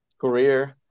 career